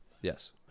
Yes